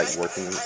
working